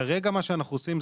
כרגע מה שאנחנו עושים,